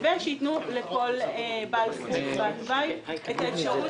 ושייתנו לכל בעל זכות בתוואי את האפשרות להתנגד.